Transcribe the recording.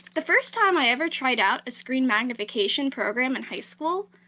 the first time i ever tried out a screen magnification program in high school,